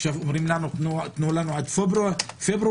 עכשיו אומרים: תנו לנו עד פברואר?